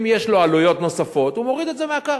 אם יש לו עלויות נוספות, הוא מוריד את זה מהקרקע.